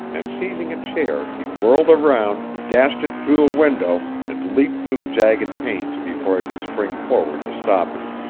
and seizing a chair he whirled around, dashed it through a window, and leaped through the jagged panes before i could spring forward to stop him.